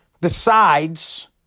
decides